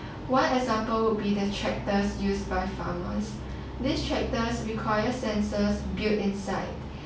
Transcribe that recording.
one example would be the tractors used by farmers these tractors require sensors built inside